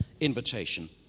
invitation